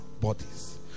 bodies